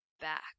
back